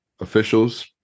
officials